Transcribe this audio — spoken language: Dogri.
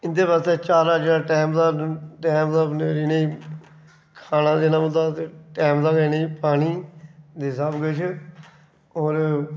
इं'दे बास्तै चारा जेह्ड़ा टैम दा टैम दा इ'नेंगी खाना देना पौंदा ते टैम दा गै इ'नेंगी पानी सब किश होर